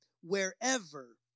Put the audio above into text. wherever